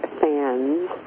fans